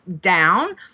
down